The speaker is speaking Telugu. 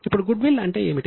ఇప్పుడు గుడ్విల్ అంటే ఏమిటి